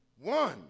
one